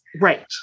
Right